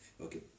Okay